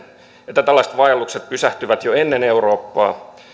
että tällaiset vaellukset pysähtyvät jo ennen eurooppaa